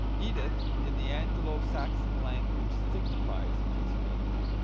edith, in the anglo-saxon language, signifies peace maker.